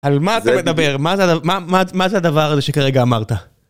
על מה אתה מדבר? מה זה הדבר הזה שכרגע אמרת?